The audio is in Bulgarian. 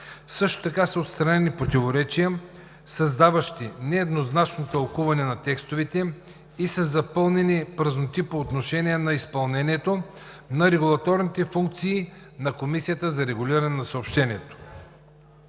Също така са отстранени противоречия, създаващи нееднозначно тълкуване на текстовете, и са запълнени празноти по отношение на изпълнението на регулаторните функции на Комисията за регулиране на съобщенията.